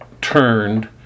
turned